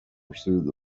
pursued